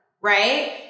right